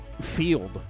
field